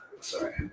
Sorry